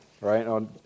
right